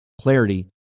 clarity